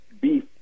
beef